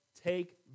take